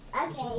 Okay